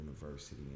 University